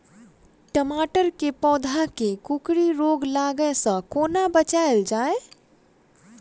टमाटर केँ पौधा केँ कोकरी रोग लागै सऽ कोना बचाएल जाएँ?